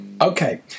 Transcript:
Okay